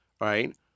right